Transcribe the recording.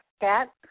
Kat